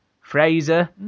Fraser